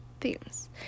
themes